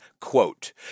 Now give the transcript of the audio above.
quote